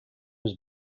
was